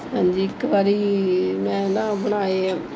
ਹਾਂਜੀ ਇੱਕ ਵਾਰੀ ਮੈਂ ਨਾ ਬਣਾਏ